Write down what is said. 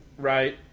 right